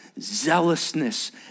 zealousness